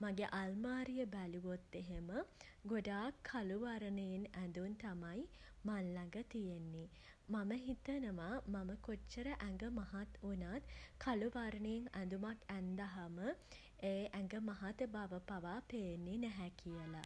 මගේ අල්මාරිය බැලුවොත් එහෙම ගොඩාක් කළු වර්ණයෙන් ඇඳුම් තමයි මං ලඟ තියෙන්නෙ. මම හිතනවා මම කොච්චර ඇඟ මහත් වුණත් කළු වර්ණයෙන් ඇඳුමක් ඇන්දහම ඒ ඇඟ මහත බව පවා පේන්නේ නැහැ කියලා.